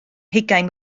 hugain